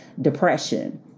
depression